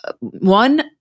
one